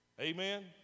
Amen